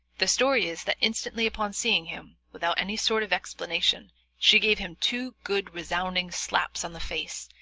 the story is that instantly upon seeing him, without any sort of explanation she gave him two good, resounding slaps on the face,